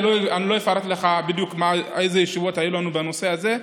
אני לא אפרט לך בדיוק איזה ישיבות היו לנו בנושא הזה.